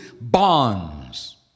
bonds